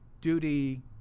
duty